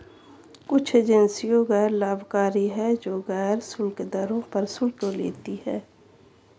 कुछ एजेंसियां गैर लाभकारी हैं, जो गैर शुल्क दरों पर शुल्क लेती हैं